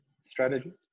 strategy